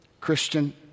Christian